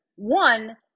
One